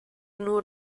nur